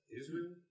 Israel